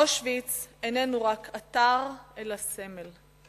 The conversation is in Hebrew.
אושוויץ איננו רק אתר, אלא סמל,